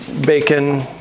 Bacon